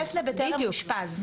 הנפטר מתייחס לטרם אושפז.